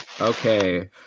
Okay